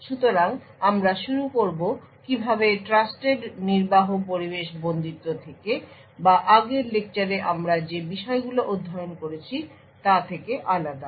সুতরাং আমরা শুরু করব কিভাবে ট্রাস্টেড নির্বাহ পরিবেশ বন্দিত্ব থেকে বা আগের লেকচারে আমরা যে বিষয়গুলো অধ্যয়ন করেছি তা থেকে আলাদা